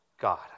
God